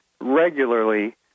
regularly